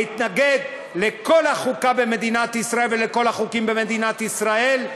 להתנגד לכל החוקה במדינת ישראל ולכל החוקים במדינת ישראל,